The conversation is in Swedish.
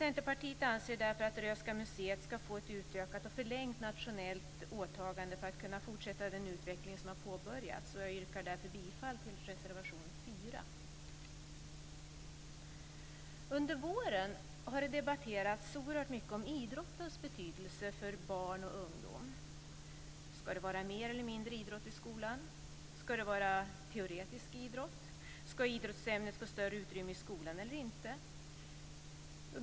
Centerpartiet anser därför att Röhsska museet ska få ett utökat och förlängt nationellt åtagande för att kunna fortsätta den utveckling som har påbörjats. Jag yrkar därför bifall till reservation 4. Under våren har det debatterats oerhört mycket om idrottens betydelse för barn och ungdom. Ska det vara mer eller mindre idrott i skolan? Ska det vara teoretisk idrott? Ska idrottsämnet få större utrymme i skolan eller inte?